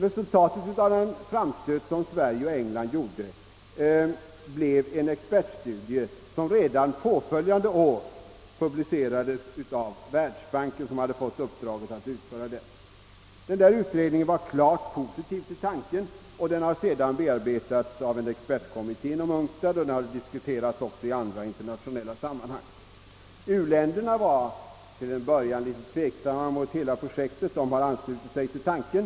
Resultatet av den framstöt som Sverige och England sålunda gjorde blev en expertstudie som redan följande år publicerades av Världsbanken som hade fått uppdraget att utreda frågan. Utredningen var klart positiv till tanken, och den har sedan bearbetats av en expertkommitté inom UNCTAD och har diskuterats också i andra internationella sammanhang. U-länderna ställde sig till en början litet tveksamma inför hela projektet, men de har nu anslutit sig till tanken.